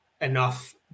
enough